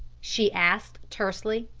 she asked tersely.